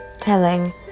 telling